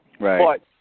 Right